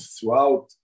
throughout